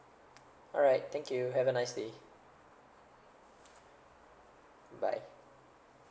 alright thank you have a nice day bye